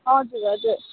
हजुर हजुर